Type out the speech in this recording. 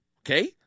okay